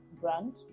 brand